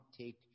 take